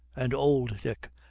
and old dick,